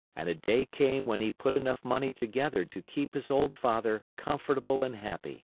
and a day came when he put enough money together to keep his old father comfortable and happy.